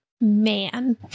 man